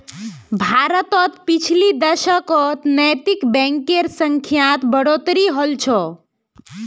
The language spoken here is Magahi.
भारतत पिछले दशकत नैतिक बैंकेर संख्यात बढ़ोतरी हल छ